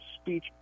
speech